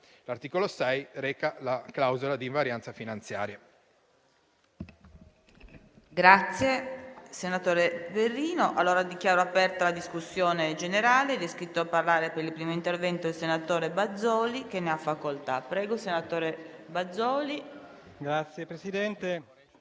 L'articolo 6 reca la clausola di invarianza finanziaria.